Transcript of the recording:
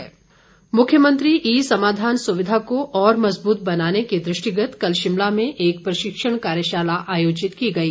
ई समाधान मुख्यमंत्री ई समाधान सुविधा को और मजबूत बनाने के दृष्टिगत कल शिमला में एक प्रशिक्षण कार्यशाला आयोजित की गई